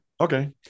okay